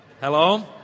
Hello